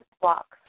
blocks